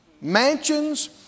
mansions